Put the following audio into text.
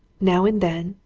now and then,